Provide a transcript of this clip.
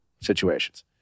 situations